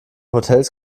hotels